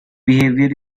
behavior